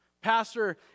Pastor